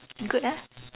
good ah